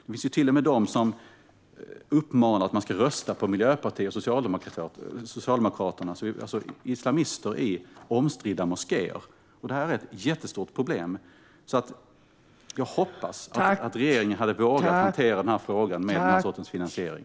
Det finns till och med islamister i omstridda moskéer som uppmanar människor att rösta på Miljöpartiet eller Socialdemokraterna. Detta är ett jättestort problem, så jag hade hoppats att regeringen hade vågat hantera frågan om den här sortens finansiering.